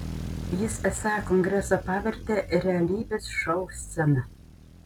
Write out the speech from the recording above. jis esą kongresą pavertė realybės šou scena